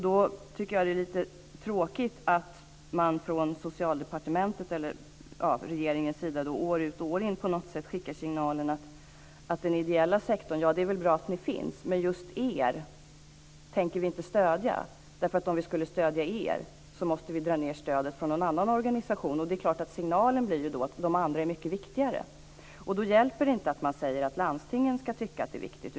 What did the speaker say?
Då tycker jag att det är lite tråkigt att man från Socialdepartementets eller regeringens sida år ut och år in på något sätt skickar signalen till den ideella sektorn att det är väl bra att ni finns men just er tänker vi inte stödja, för om vi skulle stödja er måste vi dra ned stödet till någon annan organisation. Då blir förstås signalen att de andra är mycket viktigare. Då hjälper det inte att man säger att landstingen ska tycka att det är viktigt.